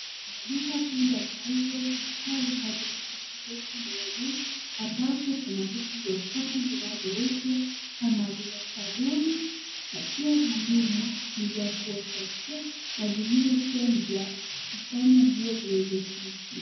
Kwenye duka kuu la mauzo kuna taa zinazomulika kutoka upande wa juu ambapo kuna vitu vya usafi vinavyouzwa kama vile sabuni na pia vingine ni vya kuosha choo na vingine pia ni vya kufanya nguo ziweze kunukia.